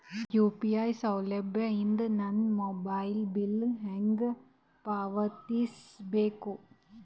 UPI ಸೌಲಭ್ಯ ಇಂದ ನನ್ನ ಮೊಬೈಲ್ ಬಿಲ್ ಹೆಂಗ್ ಪಾವತಿಸ ಬೇಕು?